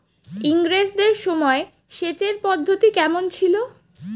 ইঙরেজদের সময় সেচের পদ্ধতি কমন ছিল?